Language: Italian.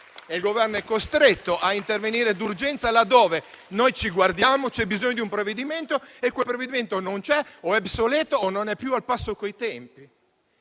il Governo è costretto, a intervenire d'urgenza, laddove noi ci guardiamo e c'è bisogno di un provvedimento oppure quel provvedimento non c'è o è obsoleto oppure non è più al passo coi tempi.